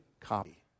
copy